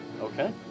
Okay